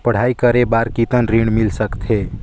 पढ़ाई करे बार कितन ऋण मिल सकथे?